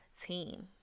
team